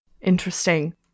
Interesting